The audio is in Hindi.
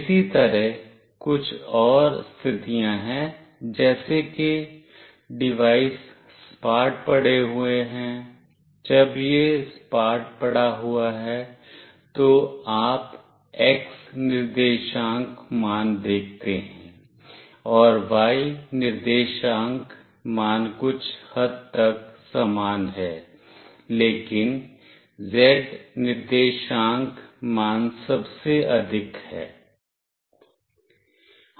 इसी तरह कुछ और स्थितियां हैं जैसे कि डिवाइस सपाट पड़े हुए हैं जब यह सपाट पड़ा हुआ है तो आप x निर्देशांक मान देखते हैं और y निर्देशांक मान कुछ हद तक समान हैं लेकिन z निर्देशांक मान सबसे अधिक है